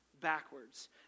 backwards